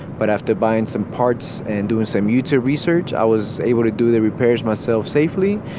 but after buying some parts and doing some youtube research, i was able to do the repairs myself safely.